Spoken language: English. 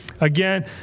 again